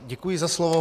Děkuji za slovo.